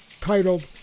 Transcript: titled